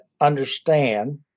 understand